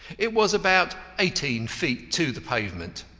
it was about eighteen feet to the pavement.